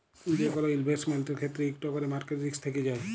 যে কল ইলভেসেটমেল্টের ক্ষেত্রে ইকট ক্যরে মার্কেট রিস্ক থ্যাকে যায়